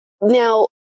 Now